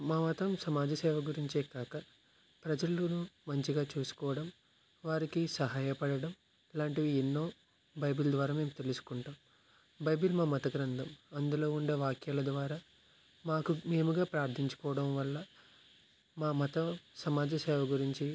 మా మతం సమాజసేవ గురించే కాక ప్రజలను మంచిగా చూసుకోవడం వారికి సహాయ పడడం ఇలాంటివి ఎన్నో బైబిల్ ద్వారా మేము తెలుసుకుంటాం బైబిల్ మా మత గ్రంధం అందులో ఉండే వాక్యాల ద్వారా మాకు మేముగా ప్రార్ధించుకోవడం వల్ల మా మతం సమాజ సేవ గురించి